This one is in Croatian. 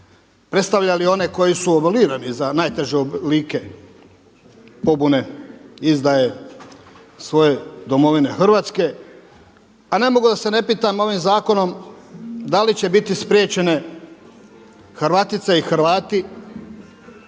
Predstavljali one koji su …/Govornik se ne razumije./… za najteže oblike pobune, izdaje svoje domovine Hrvatske. A ne mogu da se ne pitam ovim zakonom da li će biti spriječene Hrvatice i Hrvati